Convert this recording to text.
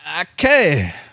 Okay